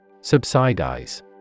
Subsidize